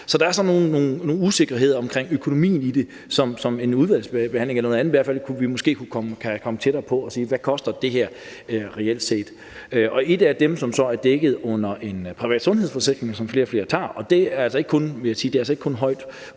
Så der er sådan nogle usikkerheder omkring økonomien i det, som en udvalgsbehandling eller noget andet måske kunne komme tættere på i forhold til at svare på, hvad det her reelt set koster. Der er nogle, som så er dækket under en privat sundhedsforsikring, som flere og flere vælger, og jeg vil sige, at